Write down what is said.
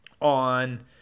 on